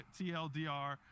TLDR